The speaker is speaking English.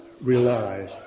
rely